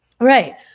Right